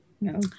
No